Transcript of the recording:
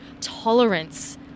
tolerance